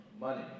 money